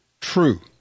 true